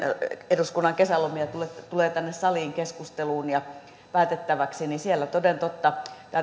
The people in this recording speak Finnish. eduskunnan kesälomia tulee tulee tänne saliin keskusteluun ja päätettäväksi että siellä toden totta